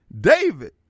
David